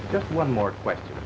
just one more question